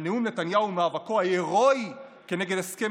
על נאום נתניהו ומאבקו ההירואי כנגד הסכם